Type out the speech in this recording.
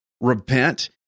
repent